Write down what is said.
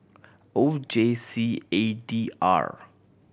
O J C A D R